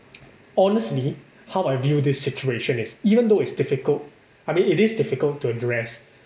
honestly how I view this situation is even though it's difficult I mean it is difficult to address